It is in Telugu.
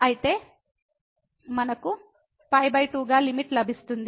అయితే మనకు 2 గా లిమిట్ లభిస్తుంది